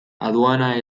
aduana